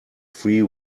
free